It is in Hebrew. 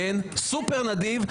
כן, סופר נדיב.